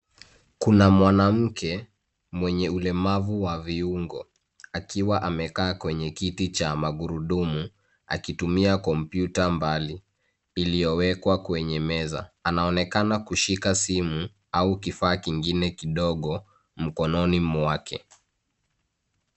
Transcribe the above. Kuna mwanamke mwenye ulemavu wa viungo akiwa amekaa kwenye kiti cha magurudumu akitumia kompyuta mbali iliyowekwa kwenye meza. Anaonekana kushika simu au kifaa kingine kidogo mkononi mwake.